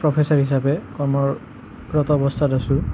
professor হিচাপে কৰ্মৰত অৱস্থাত আছোঁ